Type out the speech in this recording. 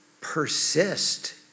persist